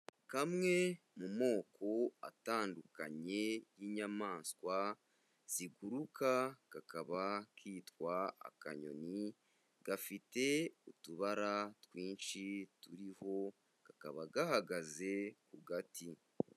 Kamwe mu moko atandukanye y'inyamaswa ziguruka, kakaba kitwa akanyoni, gafite utubara twinshi turiho, kakaba gahagaze ku gati.